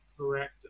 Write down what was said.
Correct